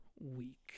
week